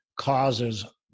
causes